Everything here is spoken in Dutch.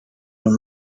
een